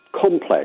Complex